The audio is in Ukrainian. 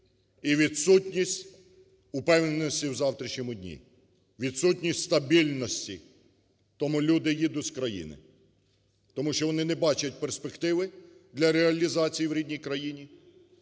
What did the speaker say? і відсутність упевненості у завтрашньому дні, відсутність стабільності. Тому люди їдуть з країни, тому що вони не бачать перспективи для реалізації в рідній країні.